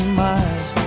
miles